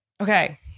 Okay